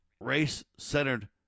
race-centered